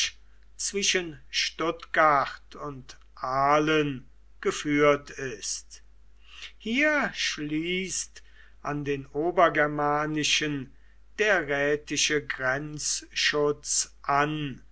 zwischen stuttgart und aalen geführt ist hier schließt an den obergermanischen der rätische grenzschutz an